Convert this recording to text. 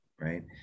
right